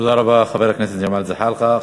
תודה רבה לחבר הכנסת ג'מאל זחאלקה.